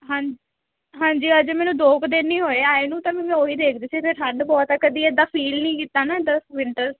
ਹਾਂ ਹਾਂਜੀ ਅਜੇ ਮੈਨੂੰ ਦੋ ਕੁ ਦਿਨ ਹੀ ਹੋਏ ਆਏ ਨੂੰ ਤਾਂ ਮੈਨੂੰ ਉਹ ਹੀ ਦੇਖਦੀ ਸੀ ਇੱਥੇ ਠੰਡ ਬਹੁਤ ਆ ਕਦੀ ਇੱਦਾਂ ਫੀਲ ਨਹੀਂ ਕੀਤਾ ਨਾ ਇੱਦਾਂ ਵਿੰਟਰ